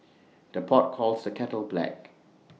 the pot calls the kettle black